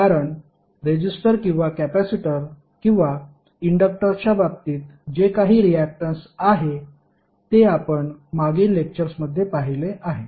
कारण रेजिस्टर किंवा कॅपेसिटर किंवा इंडक्टर्सच्या बाबतीत जे काही रियाक्टन्स आहे ते आपण मागील लेक्चर्समध्ये पाहिले आहे